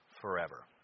forever